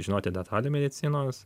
žinoti detalių medicinos